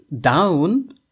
down